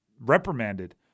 reprimanded